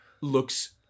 looks